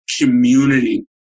community